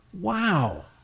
Wow